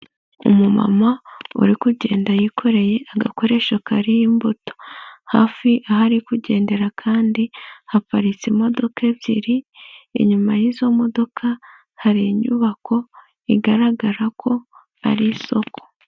Umumama ari kugenda yikoreye agakoreshasho kariho imbuto, hafi hari kugendera kandi haparitse imodoka ebyiri, inyuma y'izo modoka hari inyubako igaragara ko ari isoko.